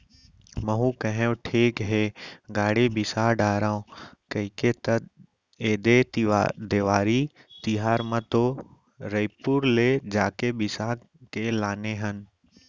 महूँ कहेव ठीक हे गाड़ी बिसा डारव कहिके त ऐदे देवारी तिहर म तो रइपुर ले जाके बिसा के लाने हन